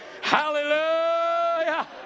Hallelujah